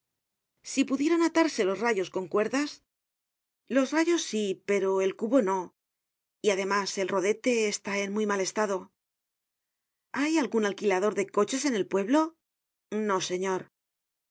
si pudieran atarse los rayos con cuerdas los rayos sí pero el cubo no y además el rodete está en muy mal estado hay algun alquilador de coches en el pueblo no señor